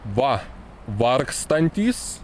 va vargstantys